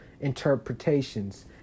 interpretations